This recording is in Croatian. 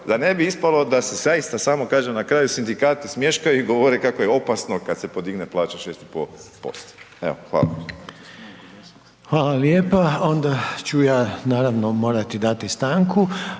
da ne bi ispalo da se zaista samo, kažem, na kraju sindikati smješkaju i govore kako je opasno kad se podigne plaća 6,5%. Evo, hvala. **Reiner, Željko (HDZ)** Hvala lijepa. Onda ću ja, naravno morati dati stanku